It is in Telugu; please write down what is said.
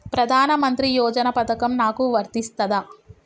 ప్రధానమంత్రి యోజన పథకం నాకు వర్తిస్తదా?